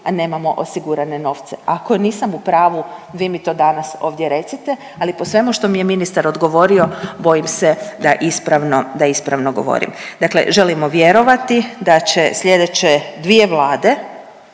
a nemamo osigurane novce. Ako nisam u pravu vi mi to danas ovdje recite, ali po svemu što mi je ministar odgovorio bojim se da ispravno govorim. Dakle, želimo vjerovati da će sljedeće dvije vlade